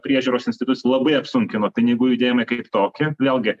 priežiūros institucijos labai apsunkino pinigų judėjimą kaip tokį vėlgi